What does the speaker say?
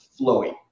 flowy